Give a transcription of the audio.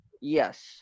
Yes